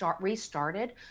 restarted